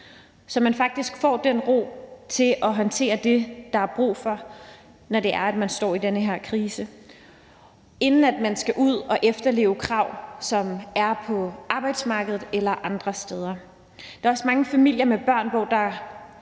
så man faktisk får den ro til at håndtere det, der er brug for, når man står i den her krise, inden man skal ud at efterleve de krav, der er på arbejdsmarkedet eller andre steder. Der er også mange familier med børn, hvor der